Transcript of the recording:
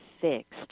fixed